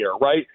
right